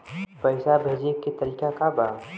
पैसा भेजे के तरीका का बा?